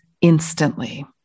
instantly